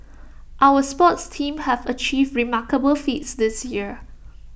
our sports teams have achieved remarkable feats this year